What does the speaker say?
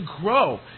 grow